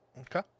Okay